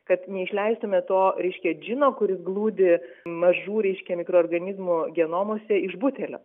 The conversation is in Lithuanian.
kad neišleistume to reiškia džino kuris glūdi mažų reiškia mikroorganizmų genomuose iš butelio